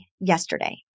yesterday